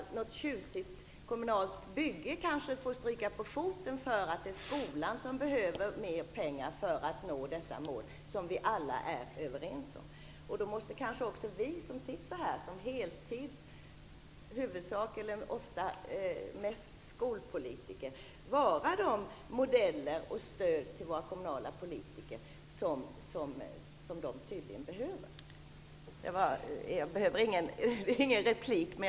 Något tjusigt kommunalt bygge får kanske stryka på foten för att skolan behöver mera pengar för att nå de mål som vi alla är överens om. Då måste kanske också vi som sitter här som skolpolitiker på heltid vara de modeller och stöd för våra kommunalpolitiker som de tydligen behöver.